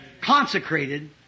Consecrated